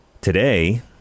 Today